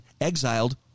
exiled